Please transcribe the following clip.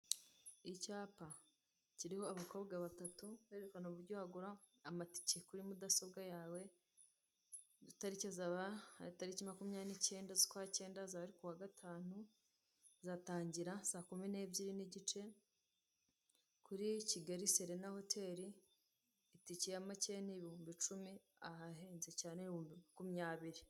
Icyapa kiriho abakobwa batatu, berekana uburyo wagura amatike kuri mudasobwa yawe. Itariki, azaba ari tariki makumyabiri n'icyenda z'ukwakenda, azaba ari ku wa Gatanu. Izatangira saa kumi n'ebyiri n'igice, kuri Kigali Serena hoteri. Itike ya macyeya ni ibihumbi icumi, ahahenze cyane ni ibihumbi makumyabiri.